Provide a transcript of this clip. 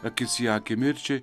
akis į akį mirčiai